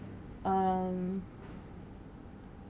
um